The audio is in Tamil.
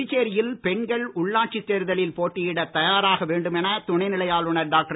புதுச்சேரியில் பெண்கள் உள்ளாட்சித் தேர்தலில் போட்டியிடத் தயாராக வேண்டும் என துணைநிலை ஆளுநர் டாக்டர்